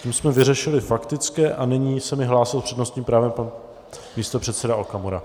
Tím jsme vyřešili faktické a nyní se mi hlásil s přednostním právem pan místopředseda Okamura.